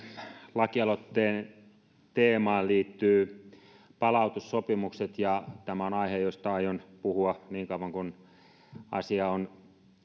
lakialoitteen teemaan liittyvät palautussopimukset ja tämä on aihe josta aion puhua niin kauan kuin asia on